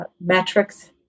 metrics